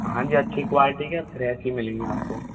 हाँ जी अच्छी क्वालिटी के है फ्रेस ही मिलेंगे आपको